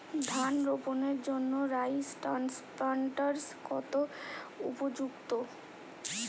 ধান রোপণের জন্য রাইস ট্রান্সপ্লান্টারস্ কতটা উপযোগী?